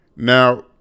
Now